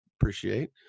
appreciate